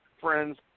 friends